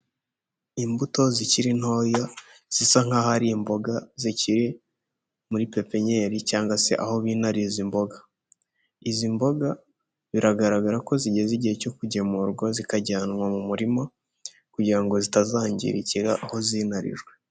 Imbuto zikiri ntoya, zisa nk'aho hari imboga zikiri muri pepenyeri cyangwa se aho binariza imboga. Izi mboga biragaragara ko zigeze igihe cyo ku kugemurwa zikajyanwa mu murima kugira ngo zitazangirikira aho zinarijwe.